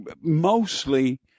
mostly